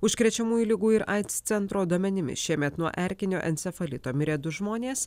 užkrečiamųjų ligų ir aids centro duomenimis šiemet nuo erkinio encefalito mirė du žmonės